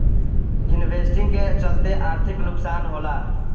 investing के चलते आर्थिक नुकसान होला